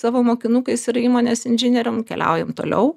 savo mokinukais ir įmonės inžinierium keliaujam toliau